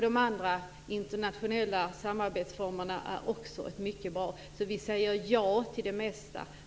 De andra internationella samarbetsformerna är också mycket bra. Vi säger ja till det mesta.